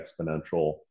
exponential